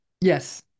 Yes